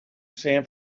san